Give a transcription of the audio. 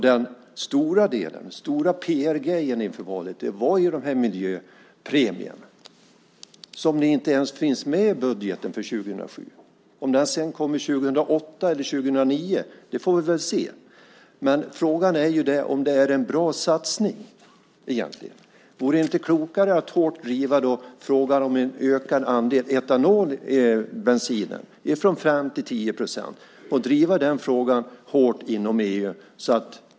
Den stora PR-grejen inför valet var ju miljöpremierna som inte ens finns med i budgeten för 2007. Om den kommer 2008 eller 2009 får vi se. Frågan är om det är en bra satsning. Vore det inte klokare att hårt driva frågan om en ökad andel etanol i bensinen, från 5 % till 10 %, och driva frågan hårt inom EU?